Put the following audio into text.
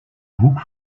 hoek